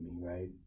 right